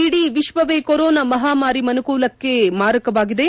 ಇಡೀ ವಿಶ್ವವೇ ಕೊರೋನಾ ಮಹಾಮಾರಿ ಮನುಕುಲಕ್ಕೆ ಮಾರಕವಾಗಿದೆ